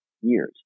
years